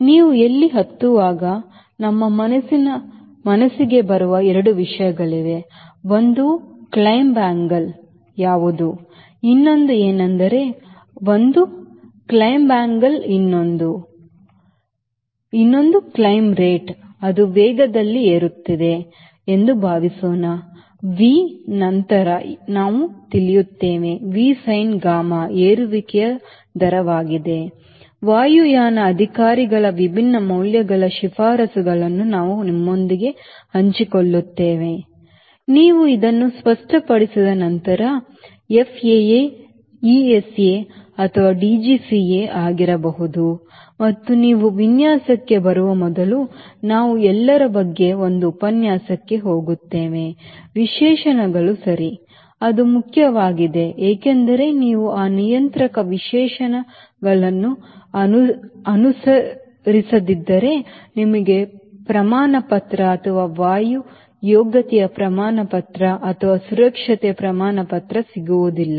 ನೀವು ಎಲ್ಲಿ ಹತ್ತುವಾಗ ನಮ್ಮ ಮನಸ್ಸಿಗೆ ಬರುವ 2 ವಿಷಯಗಳಿವೆ ಒಂದು ಏರುವ ಕೋನ ಯಾವುದು ಇನ್ನೊಂದು ಏನೆಂದರೆ ಒಂದು ಏರುವ ಕೋನ ಇನ್ನೊಂದು ಇನ್ನೊಂದು ಏರಿಕೆಯ ದರ ಅದು ವೇಗದಲ್ಲಿ ಏರುತ್ತಿದೆ ಎಂದು ಭಾವಿಸೋಣ V ನಂತರ ನಾವು ತಿಳಿಯುತ್ತೇವೆ V sin gamma ಏರುವಿಕೆಯ ದರವಾಗಿದೆ ವಾಯುಯಾನ ಅಧಿಕಾರಿಗಳ ವಿಭಿನ್ನ ಮೌಲ್ಯಗಳ ಶಿಫಾರಸುಗಳನ್ನು ನಾವು ನಿಮ್ಮೊಂದಿಗೆ ಹಂಚಿಕೊಳ್ಳುತ್ತೇವೆ ನೀವು ಇದನ್ನು ಸ್ಪಷ್ಟಪಡಿಸಿದ ನಂತರFAAESA ಅಥವಾ DGCA ಆಗಿರಬಹುದು ಮತ್ತು ನೀವು ವಿನ್ಯಾಸಕ್ಕೆ ಬರುವ ಮೊದಲು ನಾವು ಎಲ್ಲರ ಬಗ್ಗೆ ಒಂದು ಉಪನ್ಯಾಸಕ್ಕೆ ಹೋಗುತ್ತೇವೆ ವಿಶೇಷಣಗಳು ಸರಿ ಅದು ಮುಖ್ಯವಾಗಿದೆ ಏಕೆಂದರೆ ನೀವು ಆ ನಿಯಂತ್ರಕ ವಿಶೇಷಣಗಳನ್ನು ಅನುಸರಿಸದಿದ್ದರೆ ನಿಮಗೆ ಪ್ರಮಾಣಪತ್ರ ಅಥವಾ ವಾಯು ಯೋಗ್ಯತೆಯ ಪ್ರಮಾಣಪತ್ರ ಅಥವಾ ಸುರಕ್ಷತೆಯ ಪ್ರಮಾಣಪತ್ರ ಸಿಗುವುದಿಲ್ಲ